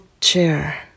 chair